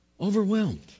Overwhelmed